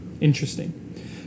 Interesting